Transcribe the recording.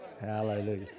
Hallelujah